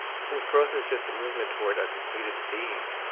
since growth is just a movement toward a completed being,